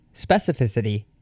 specificity